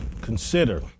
consider